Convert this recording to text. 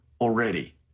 already